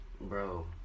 Bro